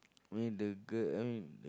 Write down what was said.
I mean the girl I mean